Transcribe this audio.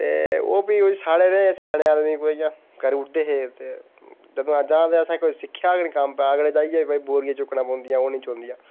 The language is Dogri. ते ओह् बी साढ़े जेहे स्याने आदमी कोई इयां करी ओड़दे हे ते इयां जंदू अज्ज हा ते तंदू असें सिक्खेआ गै नेई कोई कम्म कि बौरियां चुक्कने पौंदियां ओह् नेईं चकुदियां